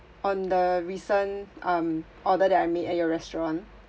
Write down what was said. on the recent um order that I made at your restaurant